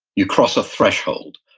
you cross a threshold.